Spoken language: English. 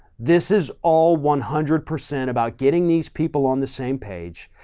this is all one hundred percent about getting these people on the same page,